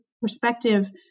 perspective